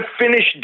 finish